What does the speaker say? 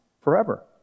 forever